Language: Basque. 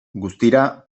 guztira